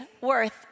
worth